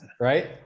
right